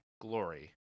glory